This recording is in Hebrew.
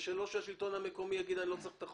או השלטון המקומי יגיד שהוא לא צריך את החוק.